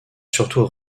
surtout